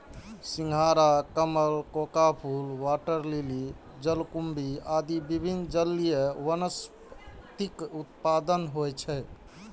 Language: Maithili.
सिंघाड़ा, कमल, कोका फूल, वाटर लिली, जलकुंभी आदि विभिन्न जलीय वनस्पतिक उत्पादन होइ छै